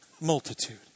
multitude